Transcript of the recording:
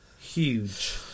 huge